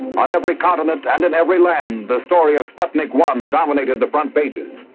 on every continent and in every land, the story of sputnik one dominated the front pages.